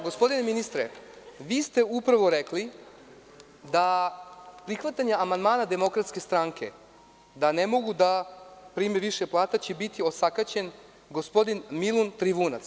Gospodine ministre, vi ste upravo rekli da prihvatanjem amandmana DS da ne mogu da prime više plata će biti osakaćen gospodin Milun Trivunac.